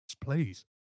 please